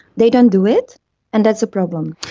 they don't do it and that's a problem.